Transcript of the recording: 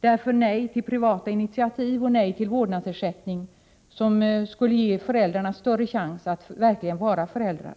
Därför blir det nej till privata initiativ och nej till vårdnadsersättning, som skulle ge föräldrarna större chans att verkligen vara föräldrar.